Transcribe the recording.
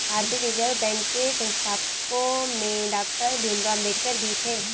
भारतीय reserve bank के संस्थापकों में डॉक्टर भीमराव अंबेडकर भी थे